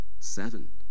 Seven